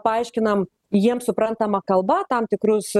paaiškinam jiems suprantama kalba tam tikrus